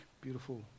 beautiful